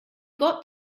got